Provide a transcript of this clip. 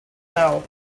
know